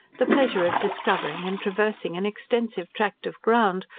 the pleasure of discovering and traversing an extensive tract of ground,